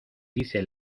dice